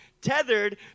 tethered